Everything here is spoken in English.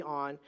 on